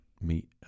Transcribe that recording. meet